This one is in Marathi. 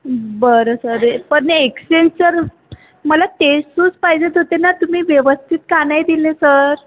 बरं सर पण एक्सचेंज सर मला तेच सूज पाहिजेत् होते ना तुम्ही व्यवस्थित का नाही दिले सर